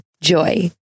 Joy